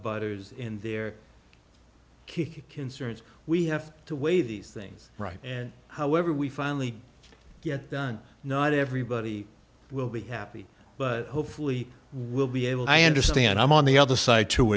butters in their key concerns we have to weigh these things right and however we finally get done not everybody will be happy but hopefully we'll be able i understand i'm on the other side to